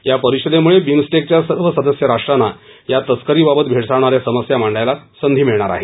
या परिषदेमुळे बिमस्टेकच्या सर्व सदस्य राष्ट्रांना या तस्करीबाबत भेडसावणाऱ्या समस्या मांडायला संधी मिळणार आहे